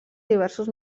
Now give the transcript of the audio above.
diversos